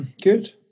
Good